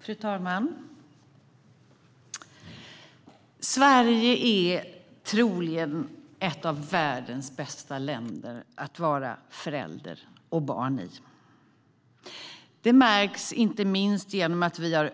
Fru talman! Sverige är troligen ett av världens bästa länder att vara förälder och barn i. Det märks inte minst genom att vi har